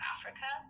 Africa